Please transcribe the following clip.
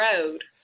road